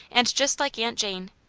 and just like aunt jane.